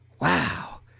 wow